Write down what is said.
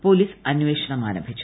police അന്വേഷണം ആരംഭിച്ചു